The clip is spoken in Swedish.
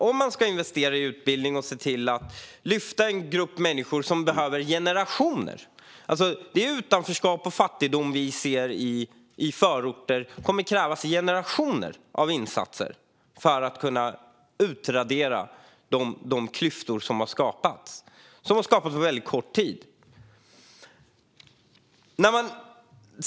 Om man ska investera i utbildning och se till att lyfta en grupp människor som behöver det kommer det, med tanke på det utanförskap och den fattigdom som vi ser i förorter, att kräva generationer av insatser för att kunna utradera de klyftor som har skapats på mycket kort tid.